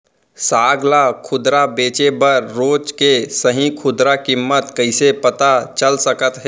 साग ला खुदरा बेचे बर रोज के सही खुदरा किम्मत कइसे पता चल सकत हे?